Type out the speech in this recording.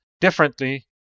differently